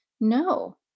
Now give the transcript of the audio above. No